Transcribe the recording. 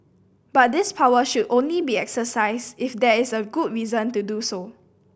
but this power should only be exercised if there is a good reason to do so